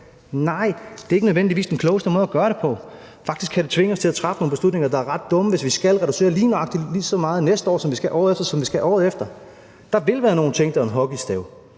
Nej, det er ikke nødvendigvis den klogeste måde at gøre det på. Faktisk kan det tvinge os til at træffe nogle beslutninger, der er ret dumme, hvis vi skal reducere nøjagtig lige så meget næste år, som vi skal året efter, og som vi skal året efter, osv.